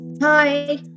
Hi